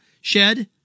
shed